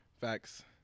Facts